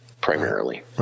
primarily